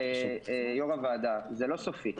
יו"ר הוועדה, זה לא סופי.